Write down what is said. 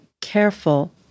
careful